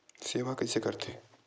सेवा कइसे करथे?